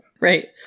Right